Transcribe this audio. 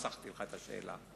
וחסכתי לך את השאלה,